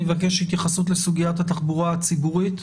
אני מבקש התייחסות לסוגיית התחבורה הציבורית.